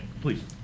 please